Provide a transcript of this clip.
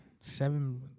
seven